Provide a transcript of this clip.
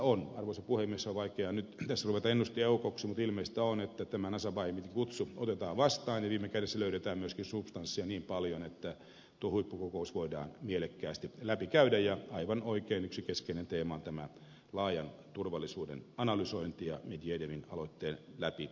on vaikeaa nyt tässä ruveta ennustajaeukoksi mutta ilmeistä on että tämä nazarbajevin kutsu otetaan vastaan ja viime kädessä löydetään myöskin substanssia niin paljon että tuo huippukokous voidaan mielekkäästi käydä läpi ja aivan oikein yksi keskeinen teema on tämä laajan turvallisuuden analysointi ja medvedevin aloitteen läpipuinti